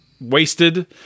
wasted